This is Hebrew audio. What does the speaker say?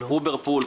הובר פול,